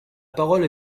parole